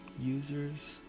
users